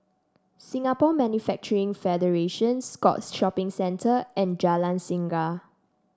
Singapore Manufacturing Federation Scotts Shopping Centre and Jalan Singa